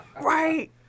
Right